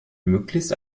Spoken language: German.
möglichst